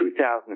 2000